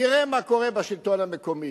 תראה מה קורה בשלטון המקומי.